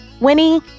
Winnie